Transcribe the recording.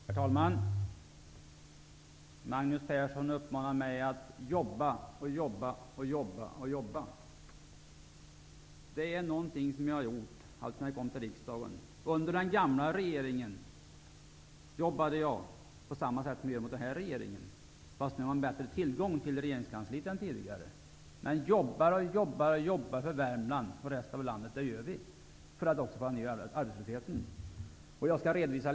Herr talman! Magnus Persson uppmanade mig att jobba och jobba. Det är någonting som jag har gjort alltsedan jag kom till riksdagen. Under den gamla regeringen jobbade jag på samma sätt som jag har gjort under den nuvarande regeringen, men nu har jag bättre tillgång till regeringskansliet än tidigare. Men jobbar och jobbar för Värmland och resten av landet, och för att få ned arbetslösheten, gör vi.